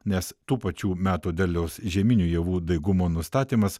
nes tų pačių metų derliaus žieminių javų daigumo nustatymas